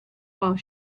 while